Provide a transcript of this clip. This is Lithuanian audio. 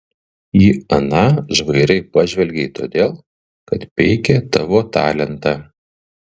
į aną žvairai pažvelgei todėl kad peikė tavo talentą